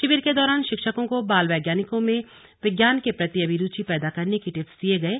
शिविर के दौरान शिक्षकों को बाल वैज्ञानिकों में विज्ञान के प्रति अभिरुचि पैदा करने के टिप्स दिये गये